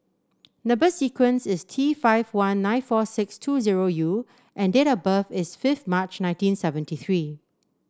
number sequence is T five one nine four six two zero U and date of birth is fifth March nineteen seventy three